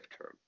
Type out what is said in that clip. term